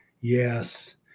Yes